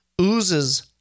oozes